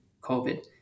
COVID